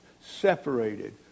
separated